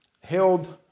held